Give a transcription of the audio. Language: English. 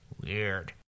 Weird